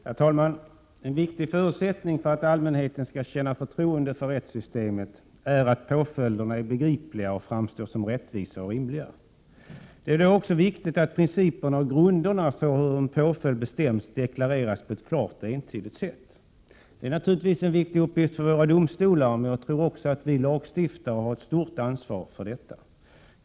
Herr talman! En viktig förutsättning för att allmänheten skall känna förtroende för rättssystemet är att påföljderna är begripliga och framstår som rättvisa och rimliga. Det är då också viktigt att principerna och grunderna för hur en påföljd bestäms deklareras på ett klart och entydigt sätt. Detta är en viktig uppgift för våra domstolar. Men jag tror också att vi lagstiftare har ett stort ansvar för detta.